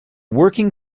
working